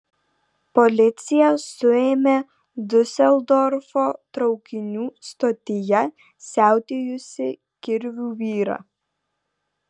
policija suėmė diuseldorfo traukinių stotyje siautėjusį kirviu vyrą